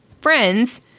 friends